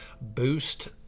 boost